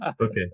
Okay